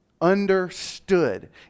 Understood